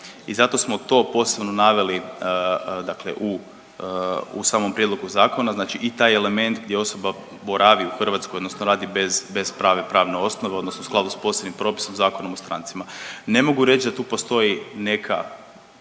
i zato smo to posebno naveli dakle u, u samom prijedlogu zakona, znači i taj element gdje osoba boravi u Hrvatskoj odnosno radi bez, bez prave pravne osnove odnosno u skladu s posebnim propisom Zakonom o strancima. Ne mogu reć da tu postoji neka